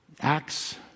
Acts